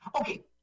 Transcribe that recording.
okay